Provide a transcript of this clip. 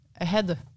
ahead